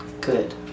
good